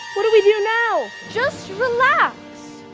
what do we do now? just relax!